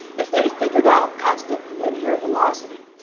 if they figured out constant linear velocity,